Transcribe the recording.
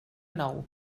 nou